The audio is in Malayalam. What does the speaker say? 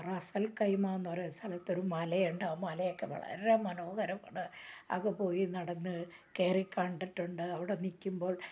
റാസൽ കൈമ എന്നു പറയുന്ന സ്ഥലത്ത് മലയുണ്ടാകും ആ മലയൊക്കെ വളരെ മനോഹരമാണ് അതൊക്കെ പോയി നടന്ന് കയറി കണ്ടിട്ടുണ്ട് അവിടെ നിൽക്കുമ്പോൾ